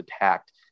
attacked